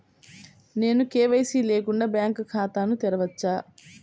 నేను కే.వై.సి లేకుండా బ్యాంక్ ఖాతాను తెరవవచ్చా?